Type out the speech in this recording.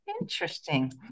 Interesting